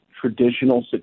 traditional